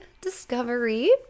discovery